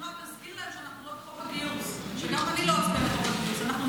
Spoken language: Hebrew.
רק תזכיר להם שאנחנו, שגם אני לא, הגיוס.